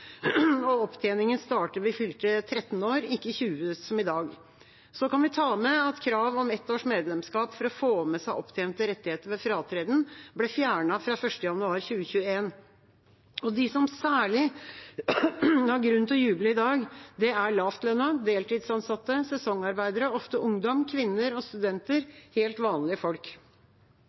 og opptjeningen starter ved fylte 13 år, ikke 20 år som i dag. Så kan vi ta med at krav om ett års medlemskap for å få med seg opptjente rettigheter ved fratreden ble fjernet fra 1. januar 2021. De som har særlig grunn til å juble i dag, er lavtlønnede, deltidsansatte og sesongarbeidere – ofte ungdom, kvinner og studenter, helt vanlige folk.